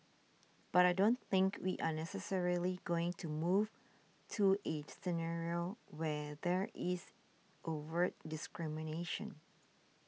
but I don't think we are necessarily going to move to a scenario where there is overt discrimination